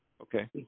okay